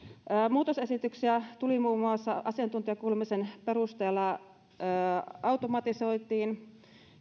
muutosesityksiä tuli asiantuntijakuulemisen perusteella muun muassa automatisointiin